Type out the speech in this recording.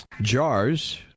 jars